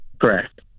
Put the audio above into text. Correct